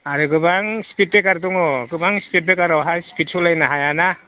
आरो गोबां speed breaker दङ गोबां गोबां स्पिड ब्रेकारावहा स्पिड सालायनो हायाना